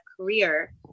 career